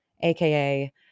AKA